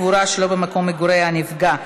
קבורה שלא במקום מגורי הנפגע),